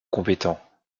compétent